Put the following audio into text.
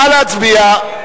נא להצביע.